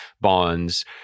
bonds